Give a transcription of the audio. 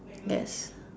yes